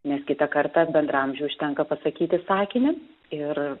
nes kitą kartą bendraamžiui užtenka pasakyti sakinį ir